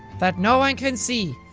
that no one can see.